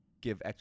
give